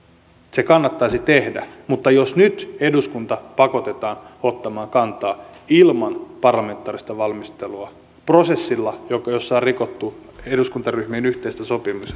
se kannattaisi tehdä mutta jos nyt eduskunta pakotetaan ottamaan kantaa ilman parlamentaarista valmistelua prosessilla jossa on rikottu eduskuntaryhmien yhteistä